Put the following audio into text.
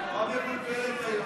את נורא מבולבלת היום,